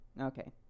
Okay